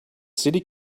city